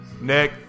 nick